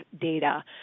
data